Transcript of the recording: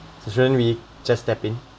shouldn't we just step in